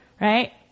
right